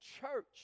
church